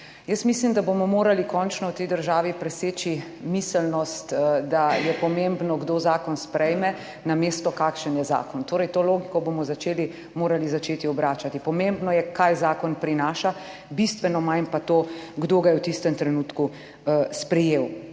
mislim, da bomo morali končno v tej državi preseči miselnost, da je pomembno, kdo zakon sprejme, namesto, kakšen je zakon. Torej, to logiko bomo začeli morali začeti obračati. Pomembno je kaj zakon prinaša, bistveno manj pa to, kdo ga je v tistem trenutku sprejel.